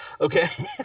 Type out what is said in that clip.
okay